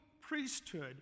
priesthood